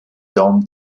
dome